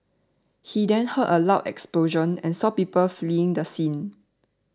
he then heard a loud explosion and saw people fleeing the scene